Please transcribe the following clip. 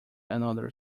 another